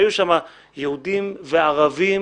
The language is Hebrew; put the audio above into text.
היו שמה יהודים וערבים,